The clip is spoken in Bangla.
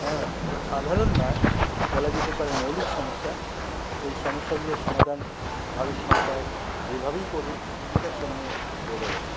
হ্যাঁ সাধারণ নয় বলা যেতে পারে মৌলিক সমস্যা এই সমস্যাগুলোর সমাধান ভারত সরকার যেভাবেই করুন সেটা সময়ে বোঝা যায়